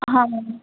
ಹಾಂ ಮೇಡಮ್